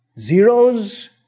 Zeros